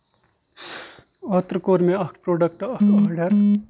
اوٚترٕ کوٚر مےٚ اکھ پروڈکٹ اکھ آرڈر